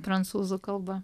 prancūzų kalba